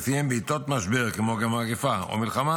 שלפיהם בעיתות משבר כמו מגפה או מלחמה